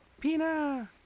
Pina